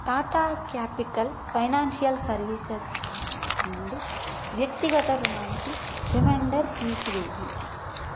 Tata Capital Financial Services నుండి వ్యక్తిగత ఋణానికి రిమైండర్ తీసివెయ్యి